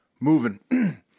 moving